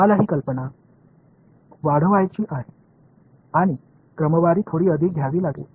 आम्हाला ही कल्पना वाढवायची आहे आणि क्रमवारी थोडी अधिक द्यावी लागेल